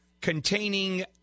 containing